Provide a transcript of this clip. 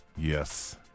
Yes